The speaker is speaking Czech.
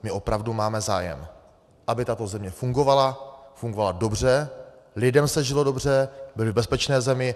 My opravdu máme zájem, aby tato země fungovala, fungovala dobře, lidem se žilo dobře, byli v bezpečné zemi.